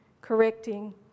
correcting